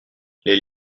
les